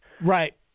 right